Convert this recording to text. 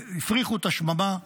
והפריחו את השממה.